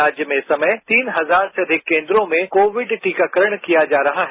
राज्य में इस समय तीन हजार से अधिक केंद्रों में कोविड टीकाकरण किया जा रहा है